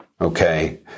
okay